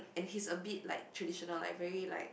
and he's a bit like traditional like very like